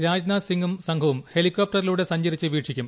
രാജ്നാഥ് സിംഗും സംഘവും ഹെലികോപ്റ്ററിലൂടെ സഞ്ചരിച്ച് വീക്ഷിക്കും